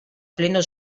pleno